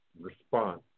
response